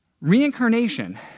Reincarnation